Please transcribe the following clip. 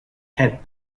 had